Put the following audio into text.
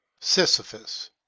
Sisyphus